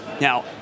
Now